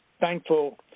thankful